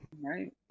Right